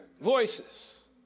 Voices